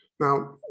Now